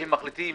הם החליטו